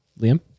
Liam